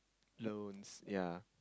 loans yea